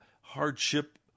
hardship